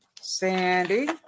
Sandy